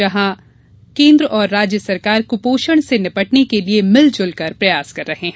जहां केन्द्र और राज्य सरकार कुपोषण से निपटने के लिए मिलजुल कर प्रयास कर रहे हैं